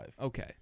Okay